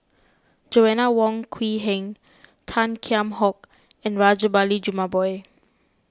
Joanna Wong Quee Heng Tan Kheam Hock and Rajabali Jumabhoy